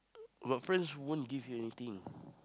but friends won't give you anything